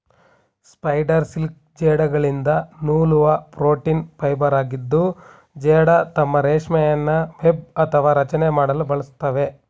spider silk ಜೇಡಗಳಿಂದ ನೂಲುವ protein ಫೈಬರಾಗಿದ್ದು ಜೇಡ ತಮ್ಮ ರೇಷ್ಮೆಯನ್ನು ವೆಬ್ ಅಥವಾ ರಚನೆ ಮಾಡಲು ಬಳಸ್ತವೆ